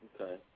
Okay